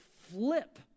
flip